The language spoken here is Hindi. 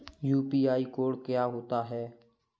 यू.पी.आई कोड क्या होता है?